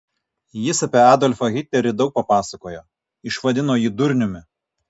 jis apie adolfą hitlerį daug papasakojo išvadino jį durniumi